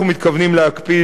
אנחנו מתכוונים להקפיד,